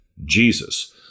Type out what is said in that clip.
Jesus